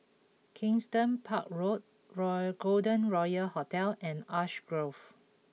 Kensington Park Road Golden Royal Hotel and Ash Grove